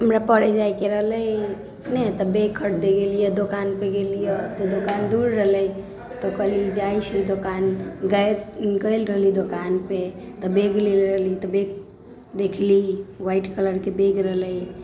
हमरा पढ़ै जाइके रहलै नहि तऽ बैग खरीदै गेलिए दोकानपर गेलिए तऽ दोकान दूर रहलै तऽ कहली जाइ छी दोकान गेल रहली दोकानपर तऽ बैग लेले रहली तऽ बैग देखली व्हाइट कलरके बैग रहलै